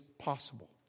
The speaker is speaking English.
possible